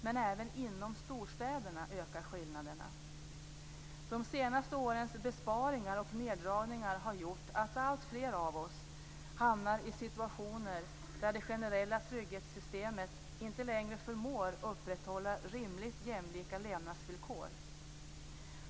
Men även inom storstäderna ökar skillnaderna. De senaste årens besparingar och neddragningar har gjort att alltfler av oss hamnar i situationer där det generella trygghetssystemet inte längre förmår upprätthålla rimligt jämlika levnadsvillkor.